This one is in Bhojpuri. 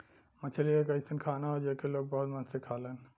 मछरी एक अइसन खाना हौ जेके लोग बहुत मन से खालन